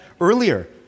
earlier